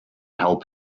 help